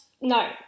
no